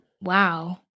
Wow